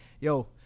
Yo